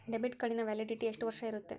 Debit ಕಾರ್ಡಿನ validity ಎಷ್ಟು ವರ್ಷ ಇರುತ್ತೆ?